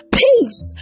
peace